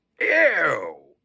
Ew